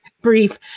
brief